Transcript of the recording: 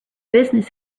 business